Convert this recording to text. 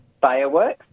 fireworks